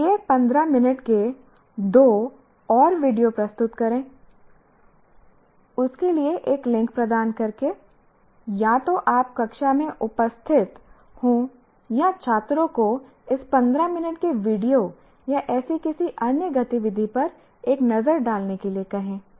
प्रत्येक 15 मिनट के दो और वीडियो प्रस्तुत करें उस के लिए एक लिंक प्रदान करके या तो आप कक्षा में उपस्थित हों या छात्रों को इस 15 मिनट के वीडियो या ऐसी किसी अन्य गतिविधि पर एक नज़र डालने के लिए कहें